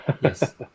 Yes